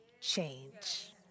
change